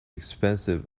expensive